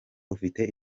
ufite